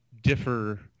differ